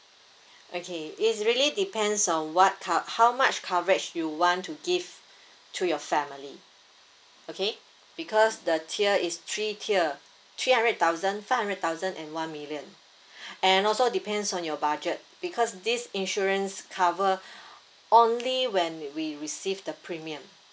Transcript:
okay is really depends on what cover~ how much coverage you want to give to your family okay because the tier is three tier three hundred thousand five hundred thousand and one million and also depends on your budget because this insurance cover only when we received the premium